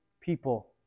people